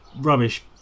rubbish